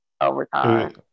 overtime